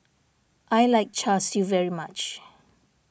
I like Char Siu very much